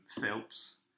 Phelps